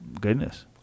Goodness